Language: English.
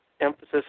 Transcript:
emphasis